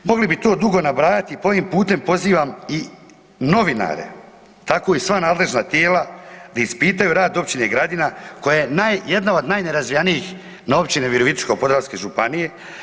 Mogli bi tu dugo nabrajati pa ovim putem pozivam i novinare tako i sva nadležna tijela da ispitaju rad općine Gradina koja je jedna od najnerazvijenijih općina Virovitičko-podravske županije.